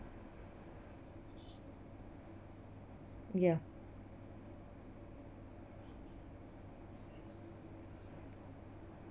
ya